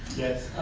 yes.